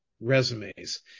resumes